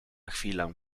chwilę